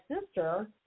sister